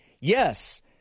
Yes